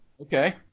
Okay